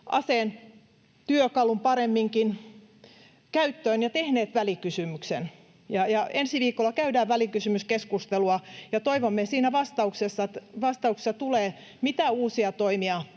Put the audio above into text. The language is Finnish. aseen, tai paremminkin työkalun, käyttöön ja tehneet välikysymyksen. Ensi viikolla käydään välikysymyskeskustelua, ja toivomme, että siinä vastauksessa tulee, mitä uusia toimia